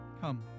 Come